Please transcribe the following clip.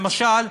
למשל,